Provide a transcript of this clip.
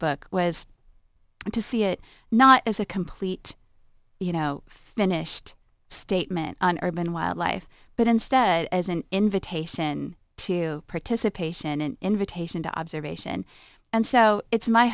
book was to see it not as a complete you know finished statement on urban wildlife but instead as an invitation to participation an invitation to observation and so it's my